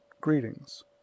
greetings